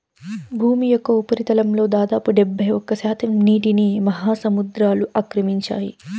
భూమి యొక్క ఉపరితలంలో దాదాపు డెబ్బైఒక్క శాతం నీటిని మహాసముద్రాలు ఆక్రమించాయి